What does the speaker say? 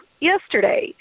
yesterday